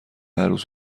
عروس